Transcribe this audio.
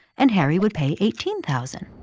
and harry would pay eighteen thousand.